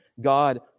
God